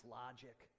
logic